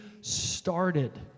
started